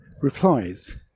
replies